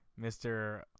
Mr